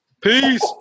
Peace